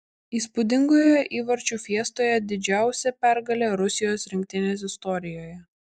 įspūdingoje įvarčių fiestoje didžiausia pergalė rusijos rinktinės istorijoje